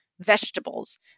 Vegetables